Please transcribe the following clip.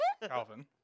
Calvin